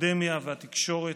האקדמיה והתקשורת,